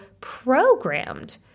programmed